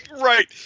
Right